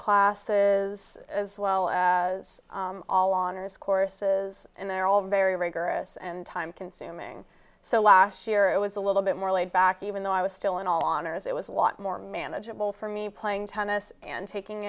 classes as well as all honors courses and they're all very rigorous and time consuming so last year it was a little bit more laid back even though i was still in all honors it was a lot more manageable for me playing tennis and taking